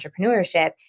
entrepreneurship